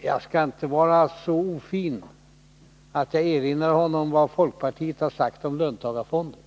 Jag skall inte vara så ofin att jag erinrar honom om vad folkpartiet sagt om löntagarfonder.